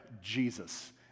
Jesus